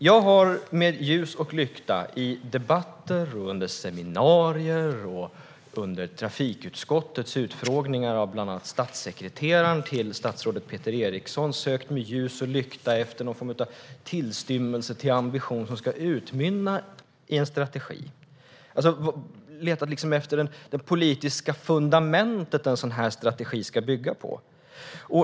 Jag har med ljus och lykta i debatter, under seminarier och under trafikutskottets utfrågningar av statssekreteraren till statsrådet Peter Eriksson sökt efter en tillstymmelse till ambition som ska utmynna i en strategi. Jag har letat efter det politiska fundamentet som en sådan strategi ska bygga på.